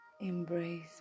Embrace